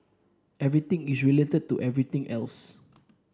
everything is related to everything else